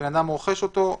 אדם רוכש אותו.